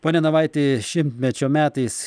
pone navaiti šimtmečio metais